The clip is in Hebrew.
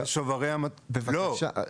בבקשה.